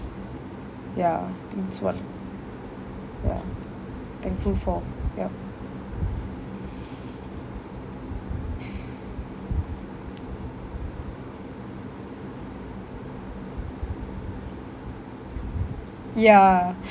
ya I think it's what ya thankful for yup ya